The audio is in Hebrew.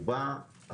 הוא בא אחריו.